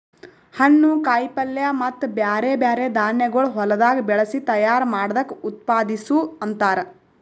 ಹಣ್ಣು, ಕಾಯಿ ಪಲ್ಯ ಮತ್ತ ಬ್ಯಾರೆ ಬ್ಯಾರೆ ಧಾನ್ಯಗೊಳ್ ಹೊಲದಾಗ್ ಬೆಳಸಿ ತೈಯಾರ್ ಮಾಡ್ದಕ್ ಉತ್ಪಾದಿಸು ಅಂತಾರ್